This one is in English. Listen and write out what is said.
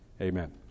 Amen